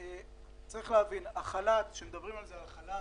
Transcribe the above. צריך להבין שגם החל"ת לא מספיק,